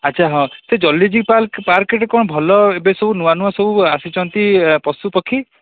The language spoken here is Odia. ଆଚ୍ଛା ହଁ ସେ ଜୁଲୋଜି ପାର୍କ ଆଡ଼େ କ'ଣ ଭଲ ଏବେ ସବୁ ନୂଆ ନୂଆ ସବୁ ଆସୁଛନ୍ତି ପଶୁ ପକ୍ଷୀ